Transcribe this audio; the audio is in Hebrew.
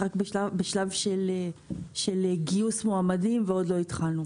רק בשלב של גיוס מועמדים ועוד לא התחלנו.